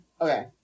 Okay